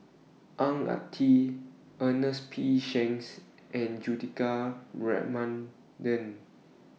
Ang Ah Tee Ernest P Shanks and Juthika Ramanathan